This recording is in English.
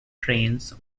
trains